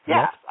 Yes